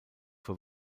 vor